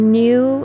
new